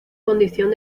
condición